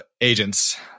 agents